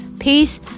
peace